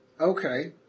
Okay